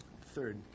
Third